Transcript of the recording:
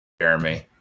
Jeremy